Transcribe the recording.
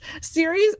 series